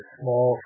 small